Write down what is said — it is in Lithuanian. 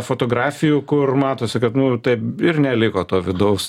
fotografijų kur matosi kad nu taip ir neliko to vidaus